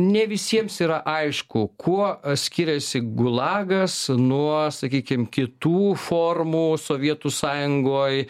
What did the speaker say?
ne visiems yra aišku kuo skiriasi gulagas nuo sakykim kitų formų sovietų sąjungoj